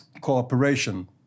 cooperation